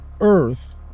earth